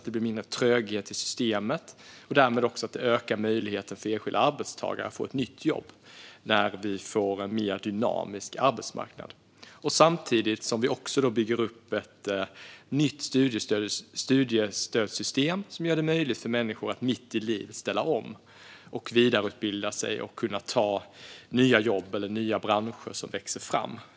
Det blir mindre tröghet i systemet, och möjligheterna ökar för enskilda arbetstagare att få nytt jobb. Det blir en mer dynamisk arbetsmarknad, samtidigt som vi bygger upp ett nytt studiestödssystem som gör det möjligt att mitt i livet ställa om, vidareutbilda sig och ta nya jobb till exempel i de nya branscher som växer fram.